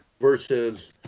versus –